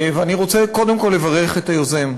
ואני רוצה קודם כול לברך את היוזם,